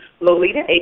Lolita